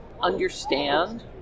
understand